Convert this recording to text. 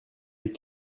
les